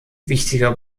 wichtiger